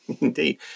Indeed